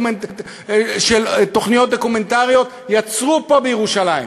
תוכניות דוקומנטריות יצרו פה בירושלים.